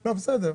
התקנות אושרו.